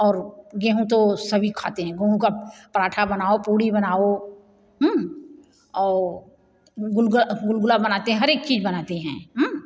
और गेंहू तो सभी खाते हैं गेहूँ का पराठा बनाओ पूरी बनाओ और गुलगुला बनाते हैं हरेक चीज बनाते हैं